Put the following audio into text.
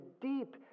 deep